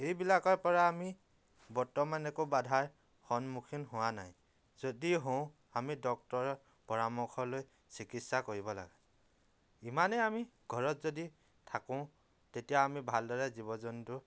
এইবিলাকৰ পৰা আমি বৰ্তমান একো বাধাৰ সন্মুখীন হোৱা নাই যদি হওঁ আমি ডক্টৰৰ পৰামৰ্শ লৈ চিকিৎসা কৰিব লাগে ইমানেই আমি ঘৰত যদি থাকোঁ তেতিয়া আমি ভালদৰে জীৱ জন্তু